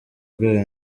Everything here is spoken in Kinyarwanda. bwayo